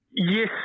Yes